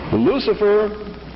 Lucifer